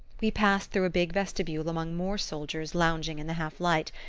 we passed through a big vestibule among more soldiers lounging in the half-light,